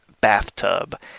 bathtub